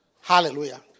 Hallelujah